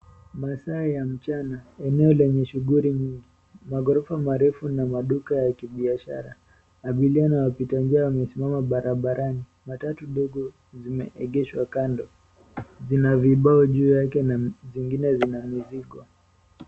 Masaa ya mchana eneo lenye shughuli nyingi, maghorofa marefu na maduka ya kibiashara abiria na wapitanjia wamesimama barabarani. Matatu ndogo zimeegeshwa kando vina vibao juu yake na zingine zina mizigo.